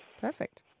Perfect